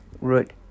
root